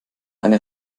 eine